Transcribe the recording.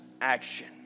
action